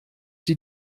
die